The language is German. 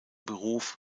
beruf